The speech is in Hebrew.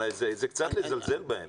זה קצת לזלזל בהם.